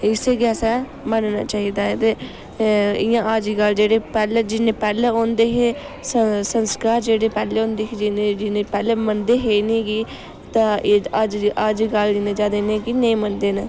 इस्सै गी असें मनना चाहिदा ते इयां अज्जकल जेह्ड़े पैह्ले जिन्ने पैह्ले होंदे हे संस्कार जेह्ड़े पैह्ले होंदे हे जिन्ने जिनें पैह्ले मनदे हे इ'नेंगी ते अज्ज अज्जकल इन्ना ज्यादा इ'नेंगी नेईं मनदे न